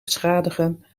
beschadigen